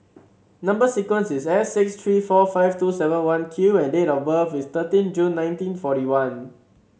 number sequence is S six three four five two seven one Q and date of birth is thirteen June nineteen forty one